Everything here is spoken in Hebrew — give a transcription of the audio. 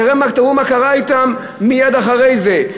תראו מה קרה אתם מייד אחרי זה.